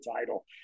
title